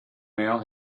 now